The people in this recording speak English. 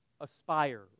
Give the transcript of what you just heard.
aspire